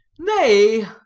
nay,